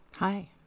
Hi